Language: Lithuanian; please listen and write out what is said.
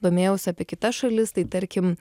domėjausi apie kitas šalis tai tarkim